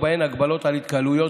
ובהן הגבלות על התקהלויות,